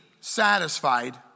satisfied